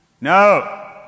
No